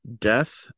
death